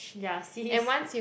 ya since